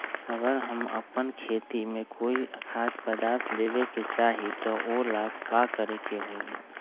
अगर हम अपना खेती में कोइ खाद्य पदार्थ देबे के चाही त वो ला का करे के होई?